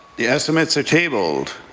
the estimates are tabled.